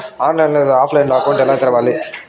online లేదా ఆఫ్లైన్లో account ఎలా తెరవాలి